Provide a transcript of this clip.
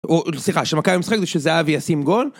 הוא, סליחה, שמכבי משחק ושזהבי ישים גול